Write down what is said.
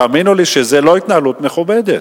תאמינו לי שזה לא התנהלות מכובדת.